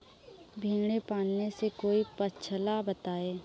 भेड़े पालने से कोई पक्षाला बताएं?